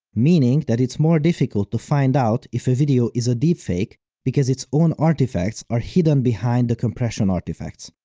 meaning that it's more difficult to find out if a video is a deepfake because its own artifacts are hidden behind the compression artifacts.